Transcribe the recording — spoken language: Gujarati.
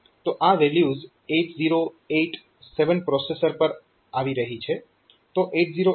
તો આ વેલ્યુઝ 8087 પ્રોસેસર પર આવી રહી છે